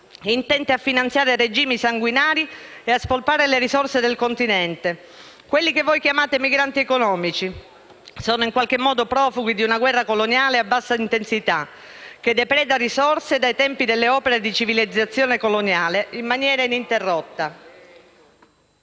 intente a finanziare regimi sanguinari e a spolpare le risorse del Continente. Quelli che voi chiamate migranti economici sono in qualche modo profughi di una guerra coloniale a bassa intensità, che depreda risorse dai tempi delle opere di civilizzazione coloniale in maniera ininterrotta.